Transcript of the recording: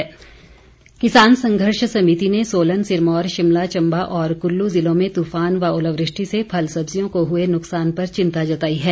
किसान समिति किसान संघर्ष समिति ने सोलन सिरमौर शिमला चंबा और कुल्लू ज़िलों में तूफान व ओलावृष्टि से फल सब्जियों को हुए नुकसान पर चिंता जताई है